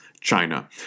China